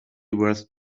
worth